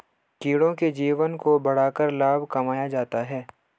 कीड़ों के जीवन को बढ़ाकर लाभ कमाया जाता है